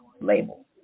label